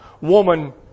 woman